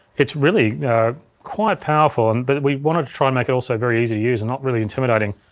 it's really quite powerful, and but we wanted to try and make it also very easy to use and not really intimidating,